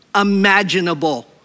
imaginable